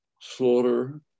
slaughter